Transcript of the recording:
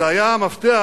זה היה המפתח